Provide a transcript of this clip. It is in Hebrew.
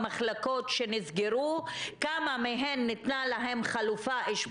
יומית, כדי לתת להן איזושהי חלופה.